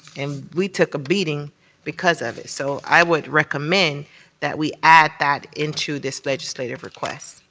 and we took a beating because of it. so i would recommend that we add that into this legislative request.